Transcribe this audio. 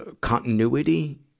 Continuity